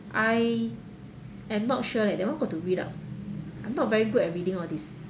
I am not sure leh that one got to read up I'm not very good at reading all this